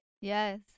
Yes